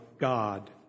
God